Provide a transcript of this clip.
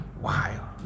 Wow